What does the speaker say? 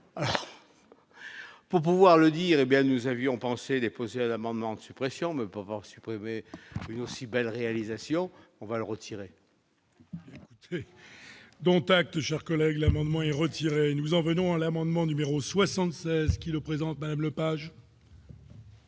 Pour pouvoir le dire, hé bien nous avions pensé déposer un amendement de suppression me pouvoir supprimer une aussi belle réalisation, on va le retirer. Dont acte cher collègue, l'amendement est retiré et nous en venons à l'amendement numéro 76 kilos présente Madame Lepage.